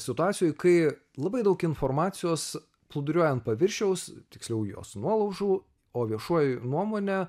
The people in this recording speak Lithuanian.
situacijoj kai labai daug informacijos plūduriuojant paviršiaus tiksliau jos nuolaužų o viešoji nuomonė